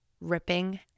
ripping